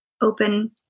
open